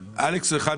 לא.